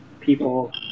people